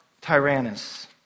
Tyrannus